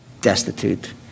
destitute